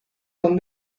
son